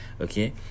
okay